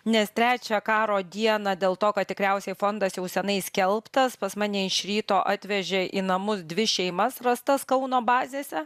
nes trečią karo dieną dėl to kad tikriausiai fondas jau senai skelbtas pas mane iš ryto atvežė į namus dvi šeimas rastas kauno bazėse